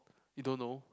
you don't know